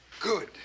Good